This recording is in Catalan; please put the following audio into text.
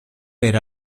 per